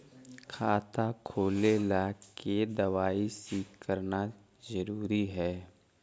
खाता खोले ला के दवाई सी करना जरूरी है?